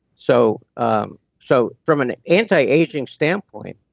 so um so from an anti-aging standpoint,